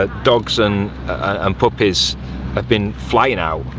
ah dogs and and puppies have been flying out,